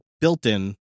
built-in